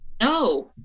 no